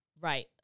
Right